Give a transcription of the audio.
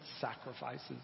sacrifices